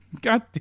God